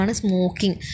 smoking